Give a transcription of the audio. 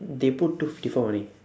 they put two fifty four only